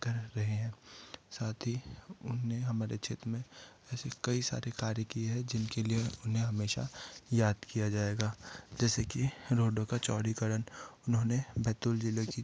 कर रहे हैं साथ ही उनने हमारे क्षेत्र में ऐसे कई सारे कार्य किए है जिनके लिए उन्हें हमेशा याद किया जाएगा जैसे कि रोडों का चौड़ीकरण उन्होंने बैतूल जिले की